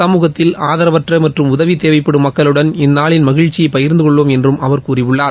சமூகத்தில் ஆதரவற்ற மற்றும் உதவி தேவைப்படும் மக்களுடன் இந்நாளின் மகிழ்ச்சியை பகிர்ந்து கொள்வோம் என்றும் அவர் கூறியுள்ளார்